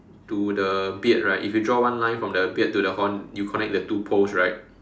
to the the beard right if you draw one line from the beard to the horn you connect the two poles right